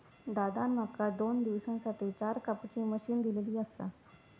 दादान माका दोन दिवसांसाठी चार कापुची मशीन दिलली आसा